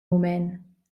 mument